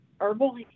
herbal